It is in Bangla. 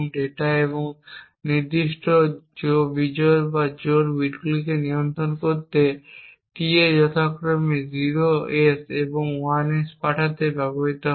ডেটা এবং নির্দিষ্ট বিজোড় বা জোড় বিটগুলিকে নিয়ন্ত্রণ করতে এবং tA যথাক্রমে 0s এবং 1s পাঠাতে ব্যবহৃত হয়